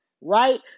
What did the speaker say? right